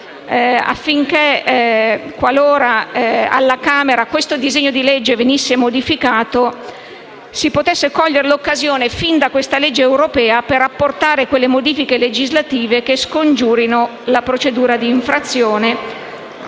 affinché, qualora alla Camera questo disegno di legge venisse modificato, si potesse cogliere l'occasione, fin da questa legge europea, per apportare quelle modifiche legislative che scongiurino la procedura d'infrazione.